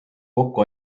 kokku